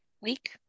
week